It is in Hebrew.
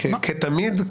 כתמיד,